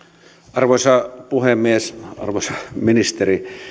arvoisa puhemies arvoisa ministeri